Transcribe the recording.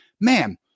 man